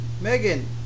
Megan